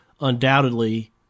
undoubtedly